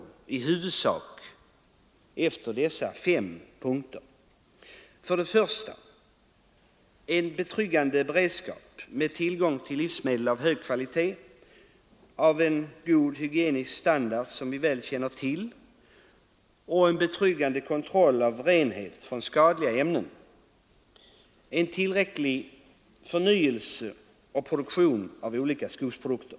För det första skulle man få en betryggande beredskap med tillgång till livsmedel av hög kvalitet, god hygienisk standard — som vi väl känner till — och en betryggande kontroll av renhet från skadliga ämnen, liksom en tillräcklig förnyelse och nyproduktion av olika skogsprodukter.